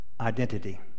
identity